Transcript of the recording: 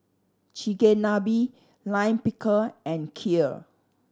Chigenabe Lime Pickle and Kheer